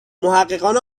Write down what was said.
محققان